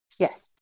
Yes